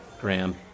Graham